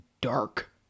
dark